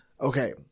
okay